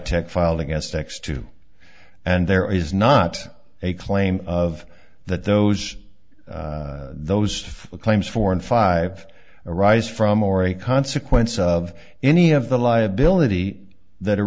tech filed against ex two and there is not a claim of that those those claims four and five arise from or a consequence of any of the liability that a